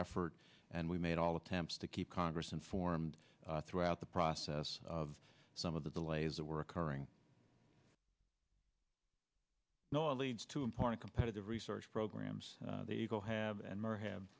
effort and we made all attempts to keep congress informed throughout the process of some of the delays that were occurring know it leads to important competitive research programs they go have and more have